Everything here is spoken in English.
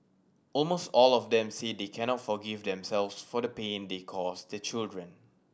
almost all of them say they cannot forgive themselves for the pain they cause their children